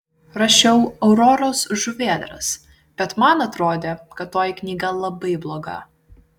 rašiau auroros žuvėdras bet man atrodė kad toji knyga labai bloga